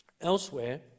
elsewhere